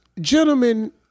gentlemen